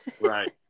right